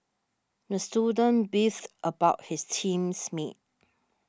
the student beefed about his teams mates